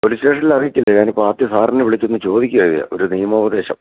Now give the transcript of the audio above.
police സ്റ്റേഷൻല് അറിയിച്ചില്ല ഞാൻ ഇപ്പോൾ ആദ്യം സാറിനെ വിളിച്ചൊന്ന് ചോദിക്കുകയാ ഒരു നിയമോപദേശം